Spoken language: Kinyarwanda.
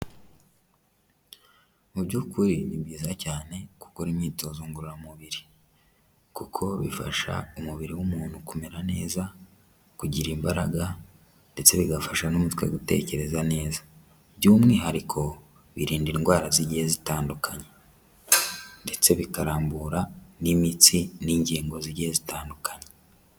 Mu by'ukuri ni byiza cyane gukora imyitozo ngororamubiri kuko bifasha umubiri w'umuntu kumera neza, kugira imbaraga ndetse bigafasha n'umutwe gutekereza neza, by'umwihariko birinda indwara zigiye zitandukanye ndetse bikarambura n'imitsi n'ingingo zigiye zitandukanye.